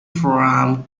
drum